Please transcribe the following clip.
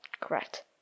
Correct